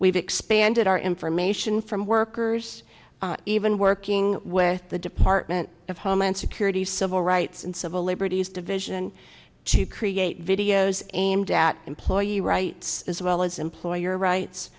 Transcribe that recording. we've expanded our information from workers even working with the department of homeland security civil rights and civil liberties division to create videos aimed at employing rights as well as employer rights